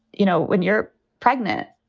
you know, when you're pregnant,